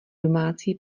domácí